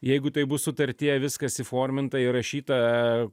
jeigu tai bus sutartyje viskas įforminta įrašyta